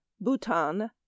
Bhutan